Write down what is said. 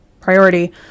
priority